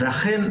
ואכן,